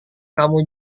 kamu